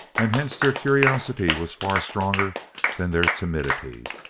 and hence their curiosity was far stronger than their timidity.